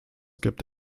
gibt